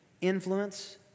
influence